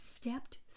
stepped